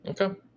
Okay